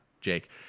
Jake